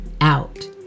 out